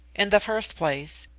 in the first place,